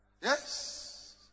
Yes